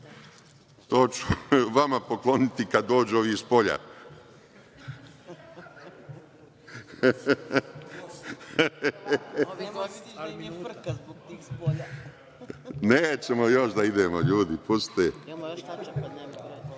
to ću vama pokloniti kada dođu ovi spolja. Nećemo još da idemo, ljudi. Da ste